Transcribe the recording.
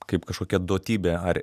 kaip kažkokia duotybė ar